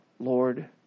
Lord